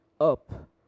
up